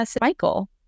michael